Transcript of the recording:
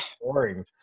boring